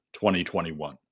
2021